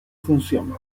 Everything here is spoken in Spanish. función